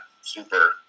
super